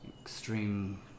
extreme